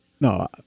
No